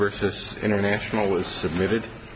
versus internationalists submitted